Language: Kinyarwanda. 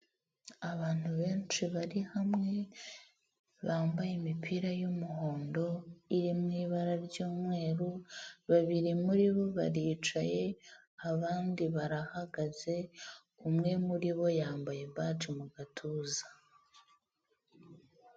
Abantu benshi bari hamwe bambaye imipira y'umuhondo iri mu ibara ry'umweru babiri muri bo baricaye abandi barahagaze, umwe muri bo yambaye baje mu gatuza.